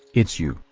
it's you,